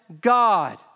God